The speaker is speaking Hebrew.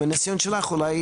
עם הניסיון שלך אולי,